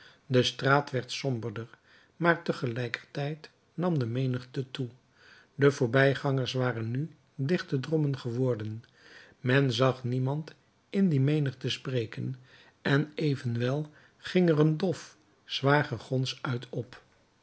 de straat werd somberder maar tegelijkertijd nam de menigte toe de voorbijgangers waren nu dichte drommen geworden men zag niemand in die menigte spreken en evenwel ging er een dof zwaar gegons uit op